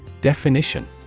Definition